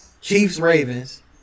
Chiefs-Ravens